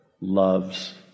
loves